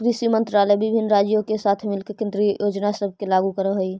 कृषि मंत्रालय विभिन्न राज्यों के साथ मिलके केंद्रीय योजना सब के लागू कर हई